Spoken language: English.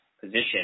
position